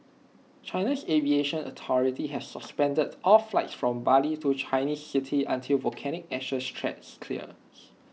China's aviation authority has suspended all flights from Bali to Chinese cities until volcanic ash threat clears